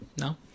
No